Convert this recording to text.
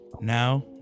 Now